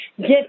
get